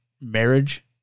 marriage